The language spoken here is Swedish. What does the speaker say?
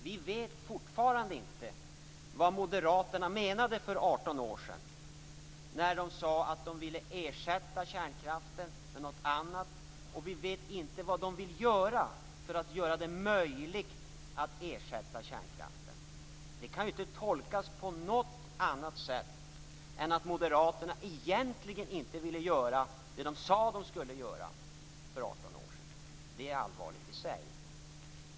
Vi vet fortfarande inte vad moderaterna menade för 18 år sedan när de sade att de ville ersätta kärnkraften med något annat, och vi vet inte vad de vill göra för att göra det möjligt att ersätta kärnkraften. Det kan inte tolkas på något annat sätt än som att moderaterna egentligen inte ville göra det de för 18 år sedan sade att de skulle göra. Det är allvarligt i sig.